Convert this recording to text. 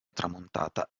tramontata